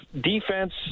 defense